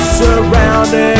surrounded